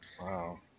wow